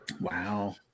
Wow